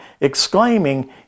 exclaiming